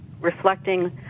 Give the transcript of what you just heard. reflecting